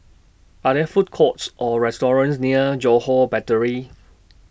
Are There Food Courts Or restaurants near Johore Battery